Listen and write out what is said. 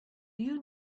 you